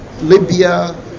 Libya